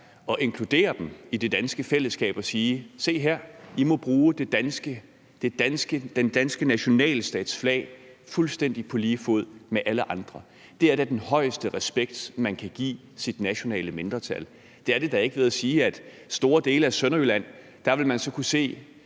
at inkludere dem i det danske fællesskab og sige: Se her, I må bruge den danske nationalstats flag fuldstændig på lige fod med alle andre? Det er da den højeste respekt, man kan give sit nationale mindretal – det er det da ikke at sige, at i store dele af Sønderjylland vil man så kunne se